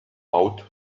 out